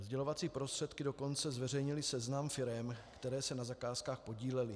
Sdělovací prostředky dokonce zveřejnily seznam firem, které se na zakázkách podílely.